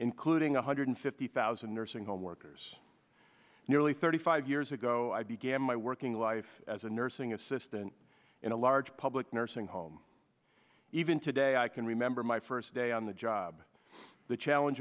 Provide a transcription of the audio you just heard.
including one hundred fifty thousand nursing home workers nearly thirty five years ago i began my working life as a nursing assistant in a large public nursing home even today i can remember my first day on the job the challenge